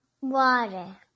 Water